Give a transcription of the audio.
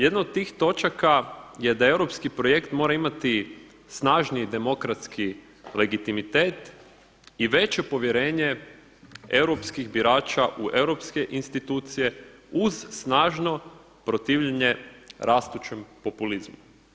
Jedna od tih točaka je da europski projekt mora imati snažniji demokratski legitimitet i veće povjerenje europskih birača u europske institucije uz snažno protivljenje rastućem populizmu.